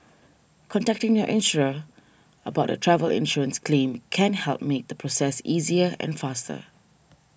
contacting your insurer about your travel insurance claim can help make the process easier and faster